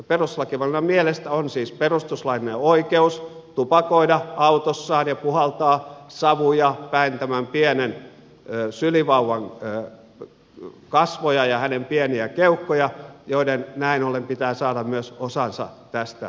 perustuslakivaliokunnan mielestä on siis perustuslaillinen oikeus tupakoida autossaan ja puhaltaa savuja päin tämän pienen sylivauvan kasvoja ja hänen pieniä keuhkojaan joiden näin ollen pitää saada myös osansa tästä tupakansavusta